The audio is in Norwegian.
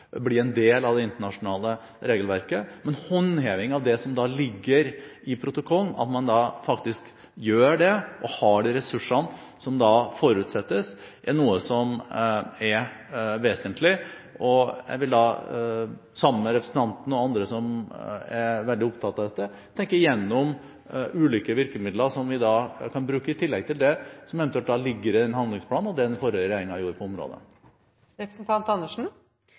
blir en del av det internasjonale regelverket. Men håndhevingen av det som ligger i protokollen, at man faktisk gjør det, og har de ressursene som forutsettes, er vesentlig. Jeg vil da, sammen med representanten og andre som er veldig opptatt av dette, tenke igjennom ulike virkemidler som vi kan bruke, i tillegg til det som eventuelt ligger i handlingsplanen, og det den forrige regjeringen gjorde på